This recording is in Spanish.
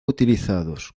utilizados